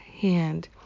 hand